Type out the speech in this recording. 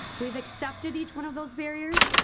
we've accepted each one of those barriers.